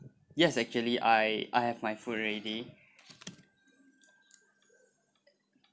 yes actually I I have my food already